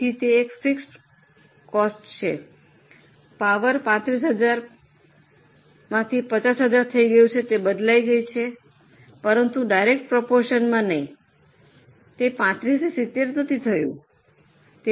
તેથી તે એક ફિક્સડ કોસ્ટ છે પાવર 35000 50000 તે બદલાઈ ગઈ છે પરંતુ ડાયરેક્ટ પ્રપૉર્શનમાં નહીં તે 35 થી 70 થયું નથી